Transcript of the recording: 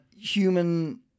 human